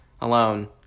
alone